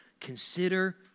Consider